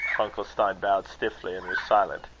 funkelstein bowed stiffly, and was silent.